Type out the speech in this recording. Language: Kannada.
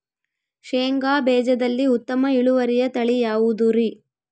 ಶೇಂಗಾ ಬೇಜದಲ್ಲಿ ಉತ್ತಮ ಇಳುವರಿಯ ತಳಿ ಯಾವುದುರಿ?